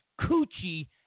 coochie